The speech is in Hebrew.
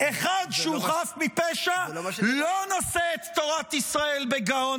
שהוא חף מפשע לא נושא את תורת ישראל בגאון,